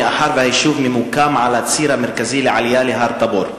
מאחר שהיישוב ממוקם על הציר המרכזי לעלייה להר-תבור,